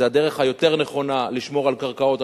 זו הדרך היותר-נכונה לשמור על קרקעות,